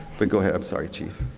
but go ahead i'm sorry, chief.